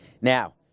Now